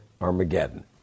Armageddon